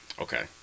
Okay